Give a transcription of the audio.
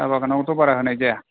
साहा बागानावथ' बारा होनाय जाया